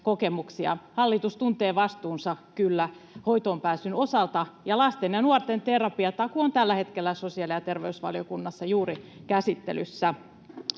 Hallitus tuntee vastuunsa kyllä hoitoonpääsyn osalta. Ja lasten ja nuorten terapiatakuu on juuri tällä hetkellä sosiaali- ja terveysvaliokunnassa käsittelyssä.